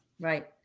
Right